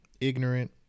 ignorant